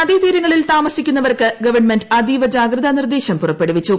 നദീതീരങ്ങളിൽ താമസിക്കുന്നവർക്ക് ഗവൺമെന്റ് അതീവ ജാഗ്രതാ നിർദ്ദേശം പുറപ്പെടുവിച്ചു